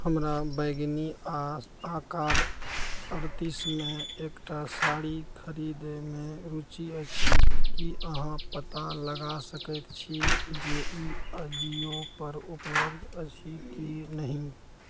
हमरा बैङ्गनी आ आकार अड़तीसमे एकटा साड़ी खरीदयमे रुचि अछि की अहाँ पता लगा सकैत छी जे ई अजियोपर उपलब्ध अछि कि नहि